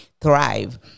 thrive